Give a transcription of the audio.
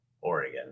Oregon